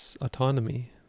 autonomy